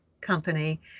company